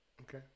Okay